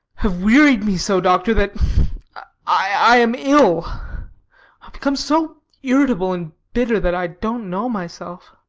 have wearied me so, doctor, that i am ill. i have become so irritable and bitter that i don't know myself.